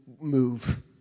move